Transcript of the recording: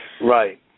Right